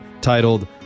titled